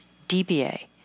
DBA